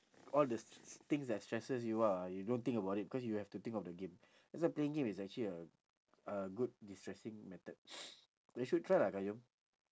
all the str~ s~ things that stresses you out ah you don't think about it because you have to think of the game that's why playing game is actually a a good destressing method you should try ah qayyum